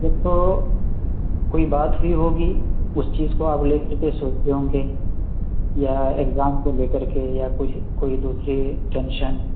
ایک تو کوئی بات ہوئی ہوگی اس چیز کو آپ لے کر کے سوچتے ہوں گے یا ایگزام کو لے کر کے یا کچھ کوئی دوسری ٹینشن